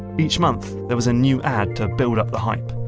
each month, there was a new ad to build up the hype.